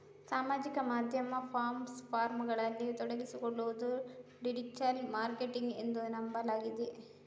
ಸಾಮಾಜಿಕ ಮಾಧ್ಯಮ ಪ್ಲಾಟ್ ಫಾರ್ಮುಗಳಲ್ಲಿ ತೊಡಗಿಸಿಕೊಳ್ಳುವುದು ಡಿಜಿಟಲ್ ಮಾರ್ಕೆಟಿಂಗ್ ಎಂದು ನಂಬಲಾಗಿದೆ